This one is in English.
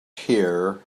here